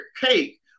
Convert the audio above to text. cake